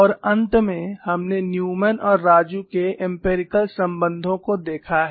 और अंत में हमने न्यूमैन और राजू के एम्पिरिकल संबंधों को देखा है